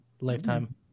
lifetime